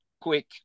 quick